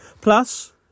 Plus